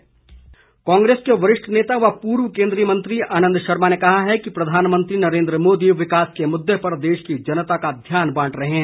आनंद Sharma Congress के वरिष्ठ नेता व पूर्व केंद्रीय मंत्री आनंद शर्मा ने कहा है कि प्रधानमंत्री नरेन्द्र मोदी विकास के मुददे पर देश की जनता का ध्यान बांट रहे हैं